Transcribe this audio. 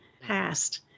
past